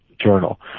journal